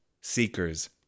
seekers